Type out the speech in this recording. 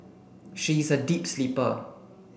she's a deep sleeper